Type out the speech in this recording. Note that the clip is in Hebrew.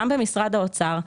גם במשרד האוצר,